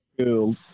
school